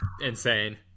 insane